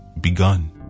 begun